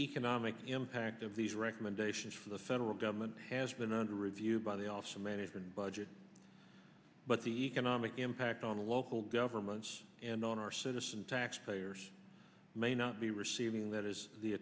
economic impact of these recommendations for the federal government has been under review by the office of management and budget but the economic impact on the local governments and on our citizens taxpayers may not be receiving that is the